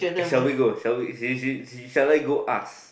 shall we go shall we sh~ sh~ sh~ shall I go ask